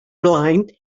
blind